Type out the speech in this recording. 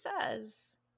says